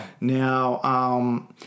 Now